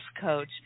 coach